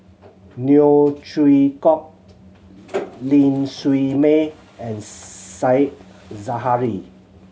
Neo Chwee Kok Ling Siew May and Said Zahari